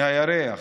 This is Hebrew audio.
מהירח.